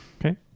Okay